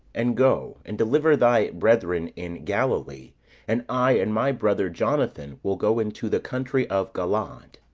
and go, and deliver thy brethren in galilee and i, and my brother jonathan, will go into the country of galaad